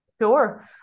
Sure